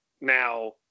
Now